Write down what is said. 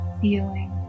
feeling